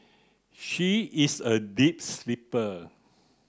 she is a deep sleeper